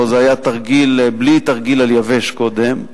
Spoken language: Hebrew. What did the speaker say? או שזה היה תרגיל בלי תרגיל "על יבש" קודם.